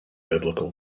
biblical